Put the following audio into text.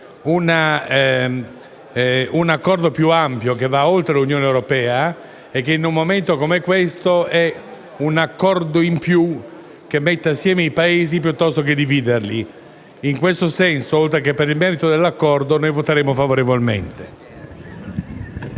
un accordo più ampio, che va oltre l'Unione europea, e che, in un momento come questo, è un accordo in più che mette insieme i Paesi piuttosto che dividerli. In questo senso, oltre che per il merito dell'accordo, noi voteremo favorevolmente.